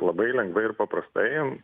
labai lengvai ir paprastai